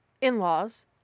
in-laws